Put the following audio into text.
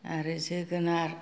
आरो जोगोनाद